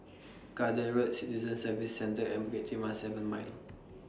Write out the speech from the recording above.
Garden Road Citizen Services Centre and Bukit Timah seven Mile